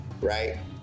right